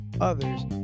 others